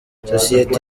sosiyete